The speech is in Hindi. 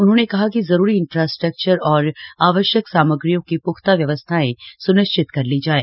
उन्होंने कहा कि जरूरी इंफ्रास्ट्रक्चर और आवश्यक सामग्रियों की प्ख्ता व्यवस्थाएं स्निश्चित कर ली जाएं